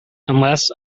unless